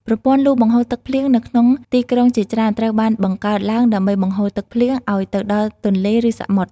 ប្រព័ន្ធលូបង្ហូរទឹកភ្លៀងនៅក្នុងទីក្រុងជាច្រើន ត្រូវបានបង្កើតឡើងដើម្បីបង្ហូរទឹកភ្លៀងឱ្យទៅដល់ទន្លេ ឬសមុទ្រ។